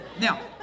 Now